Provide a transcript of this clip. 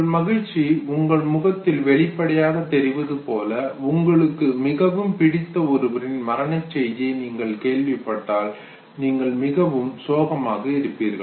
உங்கள் மகிழ்ச்சி உங்கள் முகத்தில் வெளிப்படையாக தெரிவது போல உங்களுக்கு மிகவும் பிடித்த ஒருவரின் மரணச் செய்தியை நீங்கள் கேள்விப்பட்டால் நீங்கள் மிகவும் சோகமாகவும் இருப்பீர்கள்